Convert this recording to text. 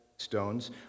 stones